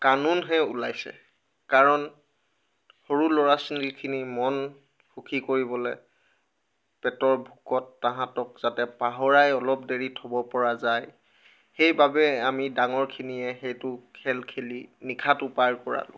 কান্দোনহে ওলাইছে কাৰণ সৰু ল'ৰা ছোৱালীখিনিৰ মন সুখী কৰিবলৈ পেটৰ ভোকত তাহাঁতক যাতে পাহৰাই অলপ দেৰি থ'ব পৰা যায় সেইবাবে আমি ডাঙৰখিনিয়ে সেইটো খেল খেলি নিশাটো পাৰ কৰালোঁ